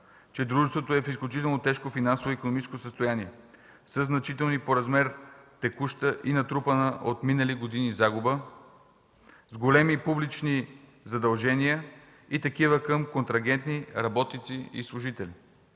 че дружеството е в изключително тежко финансово и икономическо състояние, със значителна по размер текуща и натрупана от минали години загуба, с големи публични задължения и такива към контрагенти, работници и служители.